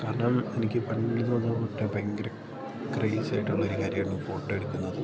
കാരണം എനിക്ക് പണ്ടു മുതല് തൊട്ടേ ഭയങ്കര ക്രേസായിട്ടുള്ളൊരു കാര്യമാണ് ഫോട്ടോ എടുക്കുന്നത്